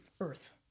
earth